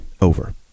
over